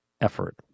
effort